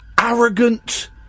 arrogant